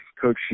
Coach